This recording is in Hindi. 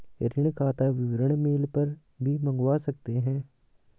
ऋण खाता विवरण मेल पर भी मंगवा सकते है